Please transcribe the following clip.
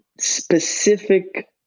specific